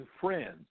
friends